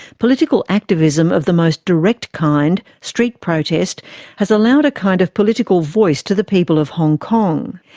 political activism of the most direct kind street protest has allowed a kind of political voice to the people of hong kong.